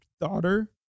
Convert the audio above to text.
daughter